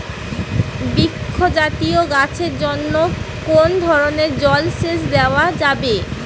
বৃক্ষ জাতীয় গাছের জন্য কোন ধরণের জল সেচ দেওয়া যাবে?